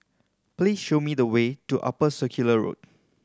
please show me the way to Upper Circular Road